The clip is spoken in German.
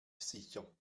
sicher